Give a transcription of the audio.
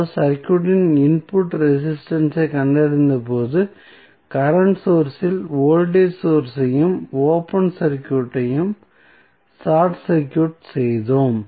அதாவது சர்க்யூட்டின் input resistance ஐக் கண்டறிந்தபோது கரண்ட் சோர்ஸ் இல் வோல்டேஜ் சோர்ஸ் ஐயும் ஓபன் சர்க்யூட்டையும் ஷார்ட் சர்க்யூட் செய்தோம்